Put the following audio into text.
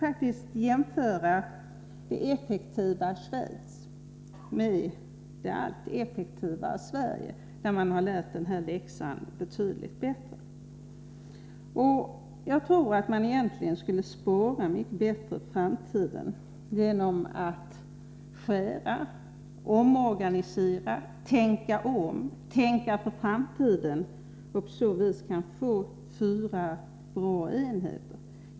Vi kan jämföra det effektiva Schweiz med det allt ineffektivare Sverige. I Schweiz har man lärt denna läxa betydligt bättre. Jag tror att man skulle spara mycket bättre inför framtiden genom att skära ner, omorganisera, tänka om, tänka på framtiden och på så vis kanske få fyra bra enheter.